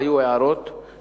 על הרפורמה היו הערות שהתקבלו,